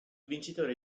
vincitore